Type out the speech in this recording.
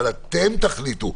אבל אתם תחליטו.